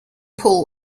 paul